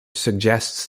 suggests